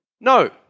No